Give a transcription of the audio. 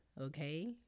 okay